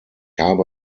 habe